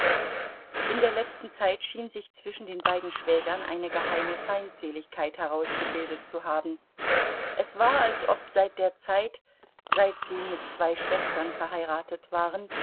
in der letzten zeit schien sich zwischen den beiden schwägern eine geheime feindseligkeit herausgebildet zu haben es war als ob seit der zeit seit sie mit zwei schwestern verheiratet waren